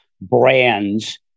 brands